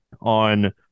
on